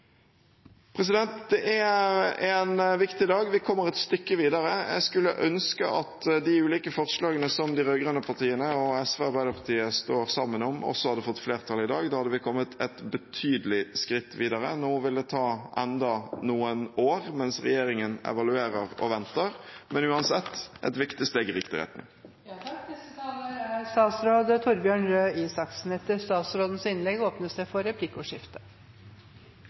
Det er en viktig dag. Vi kommer et stykke videre. Jeg skulle ønske at de ulike forslagene som de rød-grønne partiene, SV og Arbeiderpartiet, står sammen om, også hadde fått flertall i dag. Da hadde vi kommet et betydelig skritt videre. Nå vil det ta enda noen år, mens regjeringen evaluerer og venter. Uansett – et viktig steg i riktig retning. Fagutdanning er like viktig som universitetsutdanning, og det har vært utgangspunktet for arbeidet til regjeringen med fagskolene fra aller første stund. Det